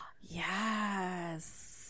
Yes